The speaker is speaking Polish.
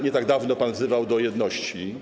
Nie tak dawno pan wzywał do jedności.